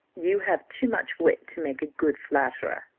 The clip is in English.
you have too much wit to make a good flatterer.